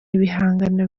ibihangano